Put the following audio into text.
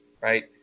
right